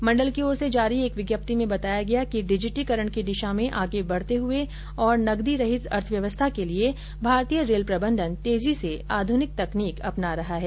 मंडल की ओर से जारी एक विज्ञप्ति में बताया गया कि डिजिटीकरण की दिशा में आगे बढ़ते हुए और नगदी रहित अर्थव्यवस्था के लिए भारतीय रेल प्रबंधन तेजी से आध्रनिक तकनीक अपना रहा है